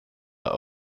are